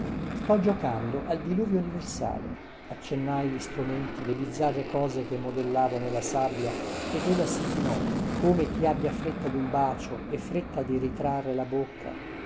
sto giocando al diluvio universale accennai gli stromenti le bizzarre cose che modellavo nella sabbia ed ella si chinò come chi abbia fretta dun bacio e fretta di ritrarre la bocca